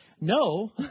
no